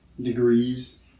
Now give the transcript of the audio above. degrees